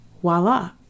voila